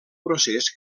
procés